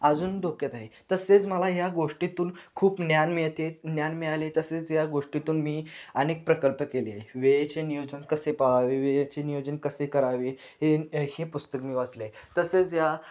अजून डोक्यात आहे तसेच मला ह्या गोष्टीतून खूप ज्ञान मिळते ज्ञान मिळाले तसेच या गोष्टीतून मी अनेक प्रकल्प केले वेळेचे नियोजन कसे पाळावे वेळेचे नियोजन कसे करावे हे हे पुस्तक मी वाचलं आहे तसेच या